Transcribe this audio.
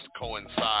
coincide